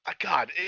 God